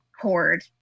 cord